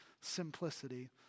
simplicity